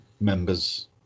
members